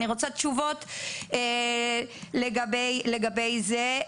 אני רוצה תשובות לגבי זה,